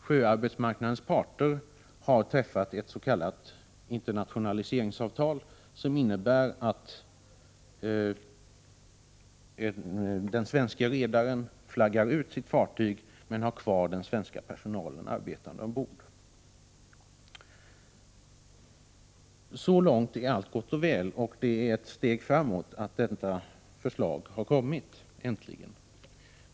Sjöarbetsmarknadens parter har träffat ett s.k. internationaliseringsavtal som innebär att den svenske redaren flaggar ut sitt fartyg men har kvar den svenska personalen arbetande ombord. Så långt är allt gott och väl, och det är ett steg framåt att detta förslag har kommit — äntligen.